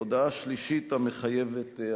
הודעה שלישית המחייבת,